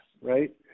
Right